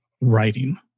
writing